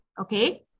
Okay